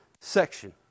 section